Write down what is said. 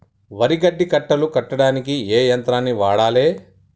వరి గడ్డి కట్టలు కట్టడానికి ఏ యంత్రాన్ని వాడాలే?